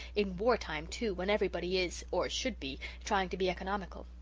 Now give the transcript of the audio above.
in war-time, too, when everybody is or should be trying to be economical.